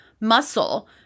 muscle